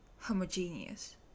homogeneous